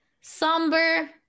somber